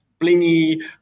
blingy